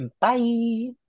bye